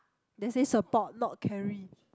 they say support not carry